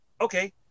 Okay